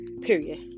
period